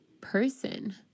person